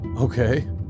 Okay